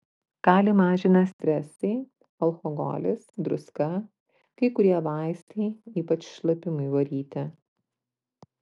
kalį mažina stresai alkoholis druska kai kurie vaistai ypač šlapimui varyti